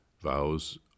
Vows